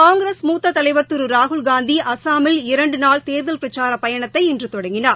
காங்கிரஸ் மூத்த தலைவர் திரு ராகுல்காந்தி அஸ்ஸாமில் இரண்டு நாள் தேர்தல் பிரச்சார பயனத்தை இன்று தொடங்கினார்